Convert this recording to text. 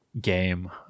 game